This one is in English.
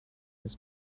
his